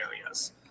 areas